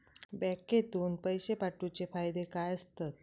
बँकेतून पैशे पाठवूचे फायदे काय असतत?